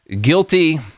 guilty